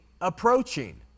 approaching